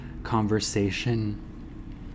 conversation